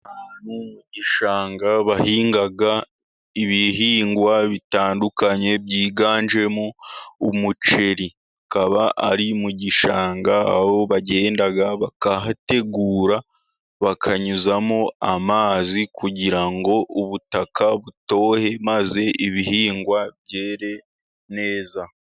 Mu gishanga bahinga ibihingwa bitandukanye, byiganjemo umuceri, akaba ari mu gishanga, aho bagenda bakahategura, bakanyuzamo amazi, kugira ngo ubutaka butohe, maze ibihingwa byere neza.